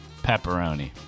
pepperoni